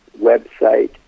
website